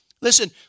Listen